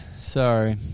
Sorry